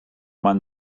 man